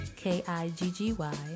k-i-g-g-y